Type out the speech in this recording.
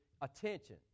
attention